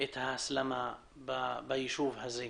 את ההסלמה בישוב הזה.